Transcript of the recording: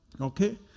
Okay